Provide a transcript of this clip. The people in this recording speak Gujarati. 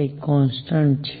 એ કોન્સટન્ટ છે